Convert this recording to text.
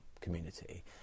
community